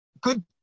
good